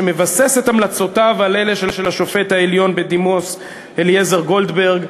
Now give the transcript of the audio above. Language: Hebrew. שמבסס את המלצותיו על אלה של השופט העליון בדימוס אליעזר גולדברג,